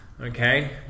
Okay